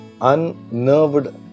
unnerved